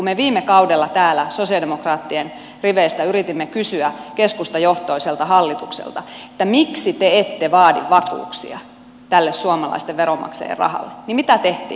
kun viime kaudella me sosialidemokraattien riveistä yritimme kysyä keskustajohtoiselta hallitukselta miksi te ette vaadi vakuuksia suomalaisten veronmaksajien rahalle niin mitä tehtiin